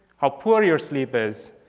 how poor your sleep is,